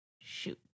shoot